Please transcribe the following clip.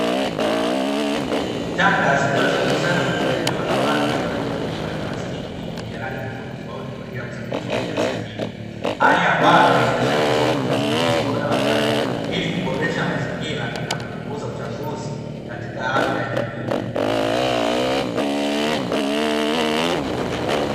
Taka zikiwa zimekusanywa katika eneo la wazi katika mifuko ya plastiki yenye rangi tofautitofauti kwa ajili ya kusafirishwa kwa njia sahihi. Hali ambayo inaonyesha juhudi za usimamizi bora wa taka, ili kuboresha mazingira na kupunguza uchafuzi katika afya ya jamii.